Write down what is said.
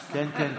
כן, כן,